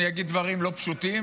אני אגיד דברים לא פשוטים,